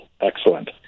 Excellent